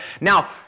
Now